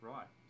Right